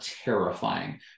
terrifying